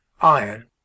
iron